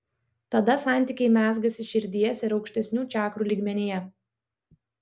tada santykiai mezgasi širdies ir aukštesnių čakrų lygmenyje